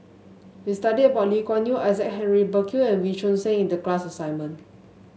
we studied about Lee Kuan Yew Isaac Henry Burkill and Wee Choon Seng in the class assignment